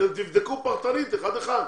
אתם תבדקו פרטנית אחד אחד.